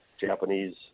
Japanese